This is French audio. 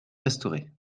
restaurer